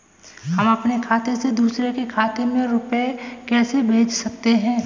हम अपने खाते से दूसरे के खाते में रुपये कैसे भेज सकते हैं?